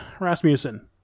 Rasmussen